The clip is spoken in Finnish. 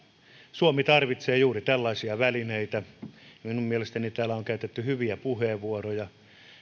suomi tarvitsee juuri tällaisia välineitä minun mielestäni täällä on käytetty hyviä puheenvuoroja